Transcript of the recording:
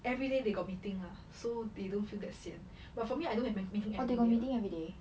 everyday they got meeting lah so they don't feel that sian but for me I don't have meeting everyday [what]